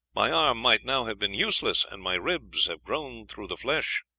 my arm might now have been useless, and my ribs have grown through the flesh.